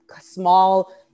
small